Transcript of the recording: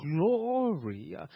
glory